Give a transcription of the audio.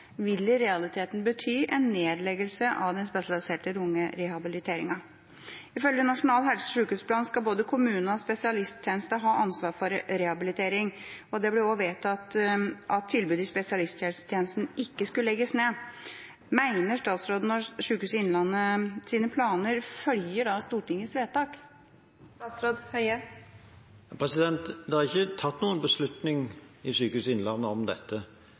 vil i realiteten bety en nedleggelse av den spesialiserte lungerehabiliteringen. Ifølge Nasjonal helse- og sykehusplan skal både kommunen og spesialisttjenesten ha ansvar for rehabilitering, og det ble også vedtatt at tilbud i spesialisthelsetjenesten ikke skulle legges ned. Mener statsråden at Sykehuset Innlandets planer da følger Stortingets vedtak? Det er ikke tatt noen beslutning i Sykehuset Innlandet om dette,